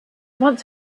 want